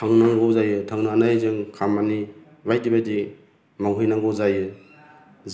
थांनांगौ जायो थांनानै जों खामानि बायदि बायदि मावहैनांगौ जायो